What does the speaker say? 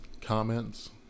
comments